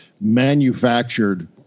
manufactured